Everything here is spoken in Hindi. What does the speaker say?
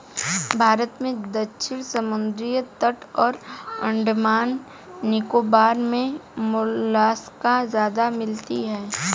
भारत में दक्षिणी समुद्री तट और अंडमान निकोबार मे मोलस्का ज्यादा मिलती है